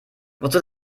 wozu